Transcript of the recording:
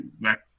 back